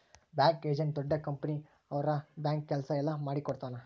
bank agent ದೊಡ್ಡ company ಅವ್ರ bank ಕೆಲ್ಸ ಎಲ್ಲ ಮಾಡಿಕೊಡ್ತನ